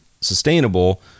sustainable